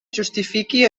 justifiqui